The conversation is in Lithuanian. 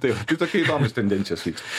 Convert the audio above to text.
taip tai tokie įdomios tendencijos vyksta